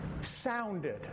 sounded